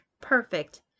Perfect